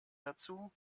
dazu